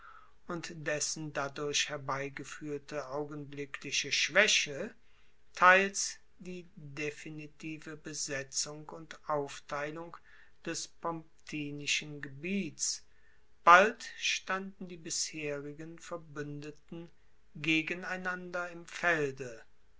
und dessen dadurch herbeigefuehrte augenblickliche schwaeche teils die definitive besetzung und aufteilung des pomptinischen gebiets bald standen die bisherigen verbuendeten gegeneinander im felde